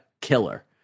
killer